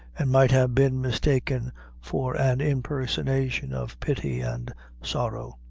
and might have been mistaken for an impersonation of pity and sorrow.